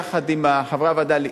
יחד עם חברי הוועדה,